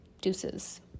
Deuces